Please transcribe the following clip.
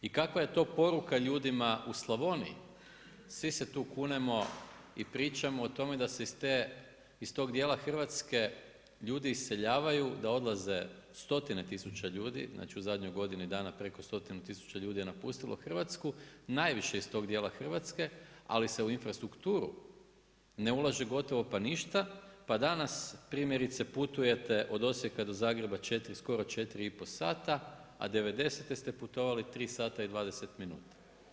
I kakva je to poruka ljudima u Slavoniji, svi se tu kunemo i pričamo o tome da se iz tog dijela Hrvatske ljudi iseljavaju, da odlaze stotine tisuća ljudi, znači u zadnjoj godini dana preko stotinu tisuća ljudi je napustilo Hrvatsku, najviše iz tog dijela Hrvatske, ali se u infrastrukturu ne ulaže gotovo pa ništa pa danas primjerice putujete od Osijeka do Zagreba skoro 4 i pol sata, a '90. ste putovali 3 sata i 20 minuta.